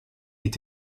est